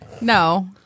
No